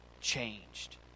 changed